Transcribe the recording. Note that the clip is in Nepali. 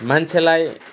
मान्छेलाई